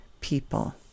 people